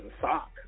sock